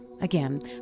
Again